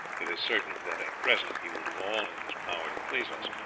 it is certain that at present he will do all in his power to please us.